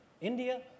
India